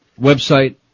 website